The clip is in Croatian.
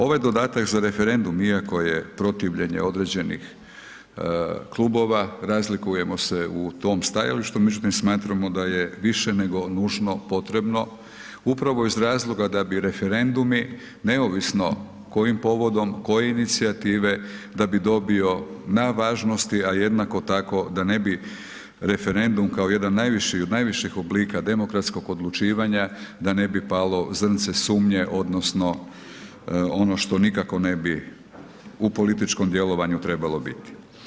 Ovaj dodatak za referendum, iako je protivljenje određenih klubova, razlikujemo se u tom stajalištu, međutim smatramo da je više nego nužno potrebno upravo iz razloga da bi referendumi, neovisno kojim povodom, koje inicijative, da bi dobio na važnosti, a jednako tako, da ne bi referendum, kao jedan od najviših oblika demokratskog odlučivanja, da ne bi palo zrnce sumnje odnosno ono što nikako ne bi u političkom djelovanju trebalo biti.